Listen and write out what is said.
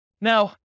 Now